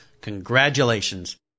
congratulations